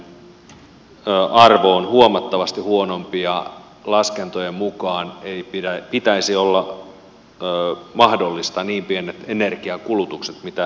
laskennallinen arvo on huomattavasti huonompi ja laskentojen mukaan ei niin pienen energiakulutuksen pitäisi olla mahdollinen kuin mikä se todellisuudessa on